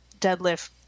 deadlift